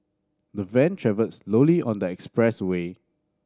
the van travelled slowly on the expressway